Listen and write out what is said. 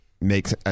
makes